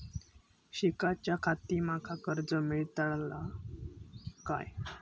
शिकाच्याखाती माका कर्ज मेलतळा काय?